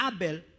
Abel